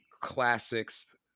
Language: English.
classics